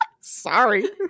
Sorry